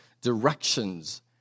directions